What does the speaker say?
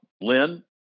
Lynn